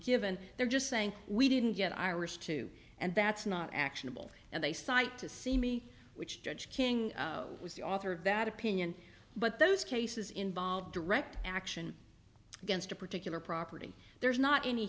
given they're just saying we didn't get iris to and that's not actionable and they cite to see me which judge king was the author of that opinion but those cases involve direct action against a particular property there's not any